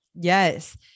Yes